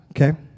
okay